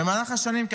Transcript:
במהלך השנים,